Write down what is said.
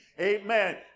amen